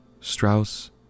Strauss